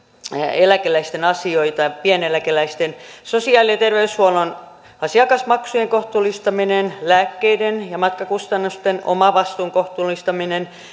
eläkeläisten asioita pieneläkeläisten sosiaali ja terveyshuollon asiakasmaksujen kohtuullistaminen lääkkeiden ja matkakustannusten omavastuun kohtuullistaminen